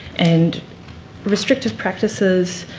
and restrictive practices,